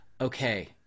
okay